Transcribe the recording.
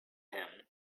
him